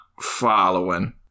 following